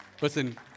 Listen